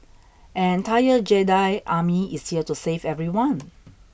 an entire Jedi Army is here to save everyone